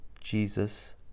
Jesus